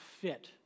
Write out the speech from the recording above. fit